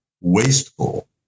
wasteful